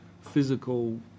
physical